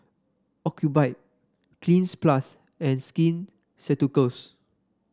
Ocuvite Cleanz Plus and Skin Ceuticals